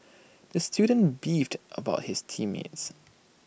the student beefed about his team mates